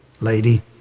lady